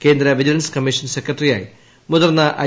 കേന്ദ്ര vigilance commission സെക്രട്ടറിയായി മുതിർന്ന ഐ